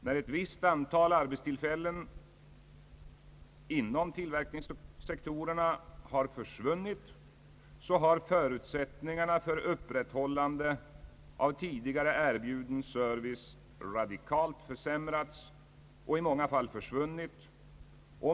När ett visst antal arbetstillfällen inom tillverkningssektorerna har försvunnit, har förutsättningarna för upprätthållande av tidigare erbjuden service radikalt försämrats och i många fall försvunnit.